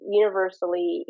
universally